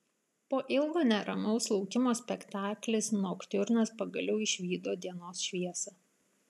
po ilgo neramaus laukimo spektaklis noktiurnas pagaliau išvydo dienos šviesą